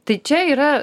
tai čia yra